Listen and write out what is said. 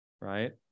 right